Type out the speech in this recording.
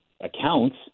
accounts